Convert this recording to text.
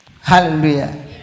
Hallelujah